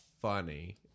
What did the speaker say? funny